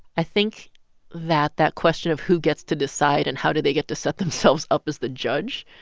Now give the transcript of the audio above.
i think that that question of who gets to decide, and how do they get to set themselves up as the judge?